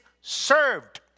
served